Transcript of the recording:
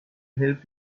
help